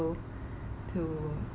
to